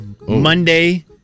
monday